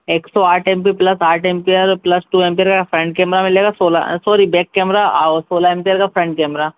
एक सौ आठ एम पी प्लस आठ एम्पियर प्लस टू एम्पियर का फ्रन कैमेरा मिलेगा सोलह सोरी बैक केमरा आर सोलह एम्पियर का फ्रन्ट केमरा